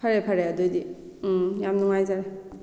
ꯐꯔꯦ ꯐꯔꯦ ꯑꯗꯨꯗꯤ ꯎꯝ ꯌꯥꯝ ꯅꯨꯡꯉꯥꯏꯖꯔꯦ